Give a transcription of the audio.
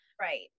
Right